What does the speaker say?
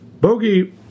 Bogey